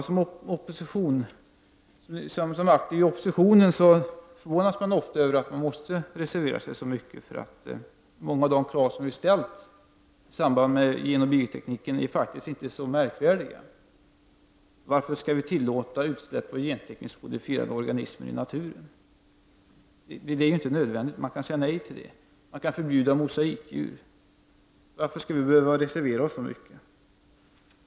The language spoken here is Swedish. Som aktiv i oppositionen förvånas man ofta över nödvändigheten av att reservera sig så mycket. Många av de krav som vi har ställt i samband med genoch biotekniken är faktiskt inte så märkvärdiga. Varför skall vi tillåta utsläpp av gentekniskt modifierade organismer i naturen? Det är inte nödvändigt. Man kan säga nej till det. Man kan förbjuda mosaikdjur. Varför skall vi behöva reservera oss så mycket?